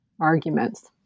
arguments